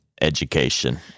education